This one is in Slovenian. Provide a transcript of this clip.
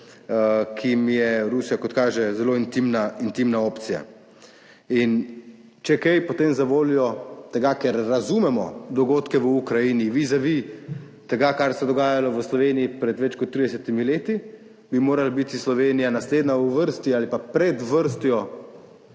jim je Rusija, kot kaže, zelo intimna, intimna opcija. In če kaj, potem zavoljo tega, ker razumemo dogodke v Ukrajini vizavi tega, kar se je dogajalo v Sloveniji pred več kot 30 let, bi morala biti Slovenija naslednja v vrsti ali pa pred vrsto